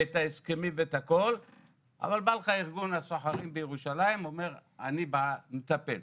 את ההסכמים ואת הכל - אבל בא ארגון הסוחרים בירושלים ואומר שהוא מטפל.